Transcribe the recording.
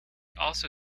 also